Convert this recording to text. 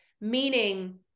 Meaning